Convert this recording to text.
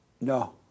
No